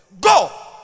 Go